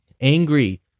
Angry